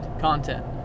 content